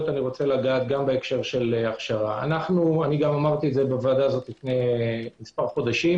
מוגבלויות, אמרתי גם בוועדה הזאת לפני מספר חודשים